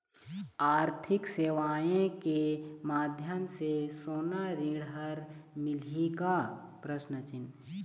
आरथिक सेवाएँ के माध्यम से सोना ऋण हर मिलही का?